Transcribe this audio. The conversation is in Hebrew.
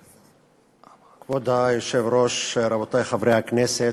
כבוד היושב-ראש, רבותי חברי הכנסת,